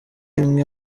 imwe